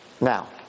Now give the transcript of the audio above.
Now